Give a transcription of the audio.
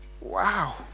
Wow